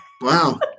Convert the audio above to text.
Wow